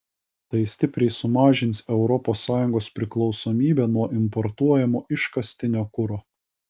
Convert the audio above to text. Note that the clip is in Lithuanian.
tai stipriai sumažins europos sąjungos priklausomybę nuo importuojamo iškastinio kuro